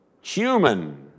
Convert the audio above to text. human